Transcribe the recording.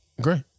Great